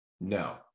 No